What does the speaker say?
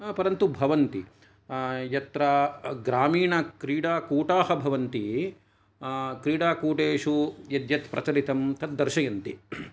परन्तु भवन्ति यत्र ग्रामीणक्रीडा कूटाः भवन्ति क्रीडाकूटेषु यत् यत् प्रचलितं तत् दर्शयन्ति